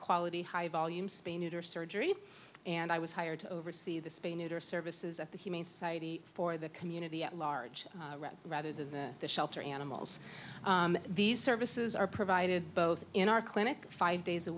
quality high volume spay neuter surgery and i was hired to oversee the spay neuter services at the humane society for the community at large rather than the shelter animals these services are provided both in our clinic five days a